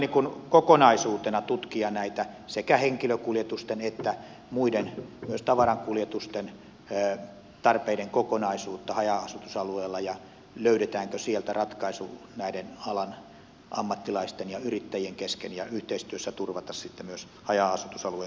meidän tulee kokonaisuutena tutkia näitä sekä henkilökuljetusten että muiden myös tavarankuljetusten tarpeiden kokonaisuutta haja asutusalueilla ja sitä löydetäänkö sieltä ratkaisu näiden alan ammattilaisten ja yrittäjien kesken ja meidän tulee yhteistyössä turvata sitten myös haja asutusalueen kuljetuspalvelut jatkossa